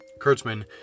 Kurtzman